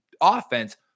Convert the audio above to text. offense